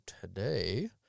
today